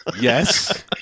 Yes